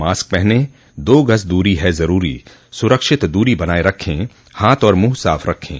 mask पहनें दो गज़ दूरी है ज़रूरी सुरक्षित दूरी बनाए रखें हाथ और मुंह साफ़ रखें